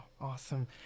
Awesome